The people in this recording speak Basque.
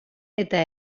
eta